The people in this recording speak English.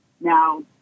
Now